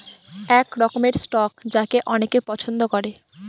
এক রকমের স্টক যাকে অনেকে পছন্দ করে